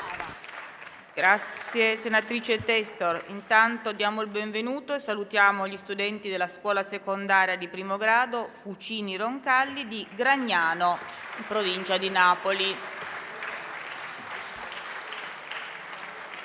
apre una nuova finestra"). Diamo il benvenuto e salutiamo gli studenti della Scuola secondaria di primo grado «Fucini-Roncalli» di Gragnano, in provincia di Napoli.